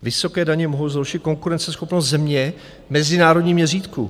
Vysoké daně mohou zhoršit konkurenceschopnost země v mezinárodním měřítku.